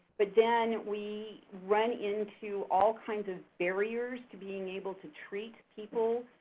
but then we run into all kinds of barriers to being able to treat people